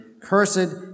Cursed